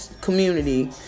community